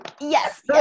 Yes